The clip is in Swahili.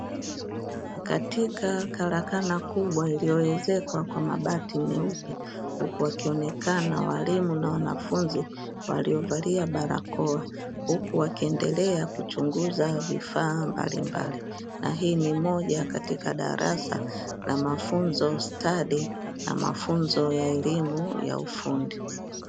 Katika karakana kubwa iliyoezekwa kwa mabati meupe, huku wakionekana walimu na wanafunzi waliovalia barakoa, huku wakiendelea kuchunguza vifaa mbalimbali na hii ni moja katika darasa la mafunzo stadi na mafunzo ya elimu ya ufundi.